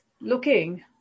looking